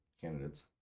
candidates